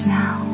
now